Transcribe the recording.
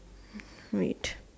wait